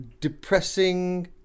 Depressing